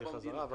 לחזור אליכם